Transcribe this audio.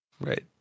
Right